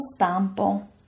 stampo